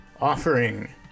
offering